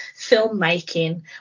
filmmaking